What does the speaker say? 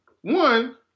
one